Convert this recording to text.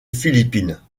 philippines